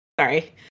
sorry